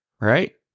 right